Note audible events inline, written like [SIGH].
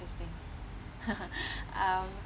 this thing [LAUGHS] um